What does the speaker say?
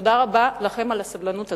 תודה רבה לכם על הסבלנות הזאת,